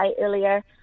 earlier